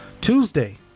tuesday